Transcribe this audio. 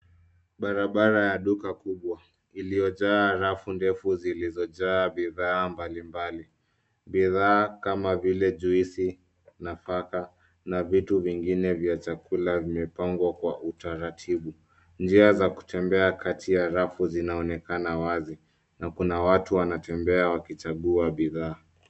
Barabara ya duka kubwa, iliyojaa rafu ndefu zilizojaa bidhaa mbalimbali. Bidhaa kama vile juisi , nafaka, na vitu vingine vya chakula vimepangwa kwa utaratibu. Njia za kutembea kati ya rafu, zinaonekana wazi, na kuna watu wanatembea wakichagua bidhaa.